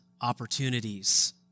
opportunities